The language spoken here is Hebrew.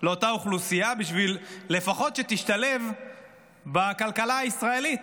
לאותה אוכלוסייה בשביל שלפחות תשתלב בכלכלה הישראלית.